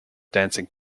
dancing